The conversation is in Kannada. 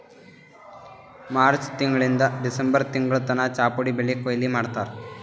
ಮಾರ್ಚ್ ತಿಂಗಳಿಂದ್ ಡಿಸೆಂಬರ್ ತಿಂಗಳ್ ತನ ಚಾಪುಡಿ ಬೆಳಿ ಕೊಯ್ಲಿ ಮಾಡ್ತಾರ್